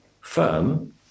firm